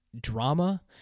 drama